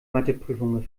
matheprüfung